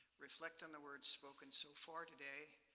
reflect on the words spoken so far today,